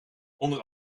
onder